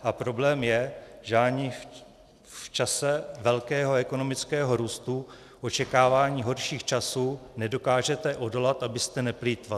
A problém je, že ani v čase velkého ekonomického růstu, očekávání horších časů nedokážete odolat, abyste neplýtvali.